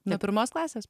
nuo pirmos klasės